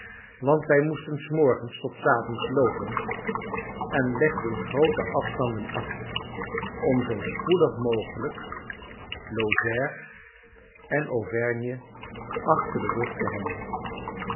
want wij moesten van s morgens tot s avonds loopen en legden groote afstanden af om zoo spoedig mogelijk lozère en auvergne achter den rug te hebben